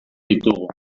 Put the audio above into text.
ditugu